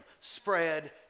Spread